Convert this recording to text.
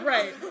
Right